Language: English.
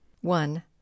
one